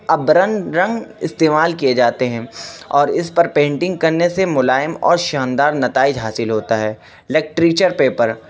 ابرن رنگ استعمال کیے جاتے ہیں اور اس پر پینٹنگ کرنے سے ملائم اور شاندار نتائج حاصل ہوتا ہے لیکٹریچر پیپر